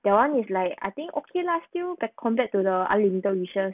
that one is like I think okay lah still but compared to the unlimited wishes